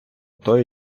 той